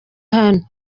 hano